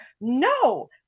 no